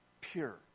Pure